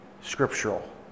scriptural